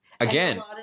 Again